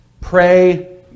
pray